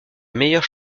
meilleure